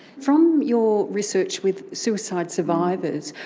from your research with suicide survivors,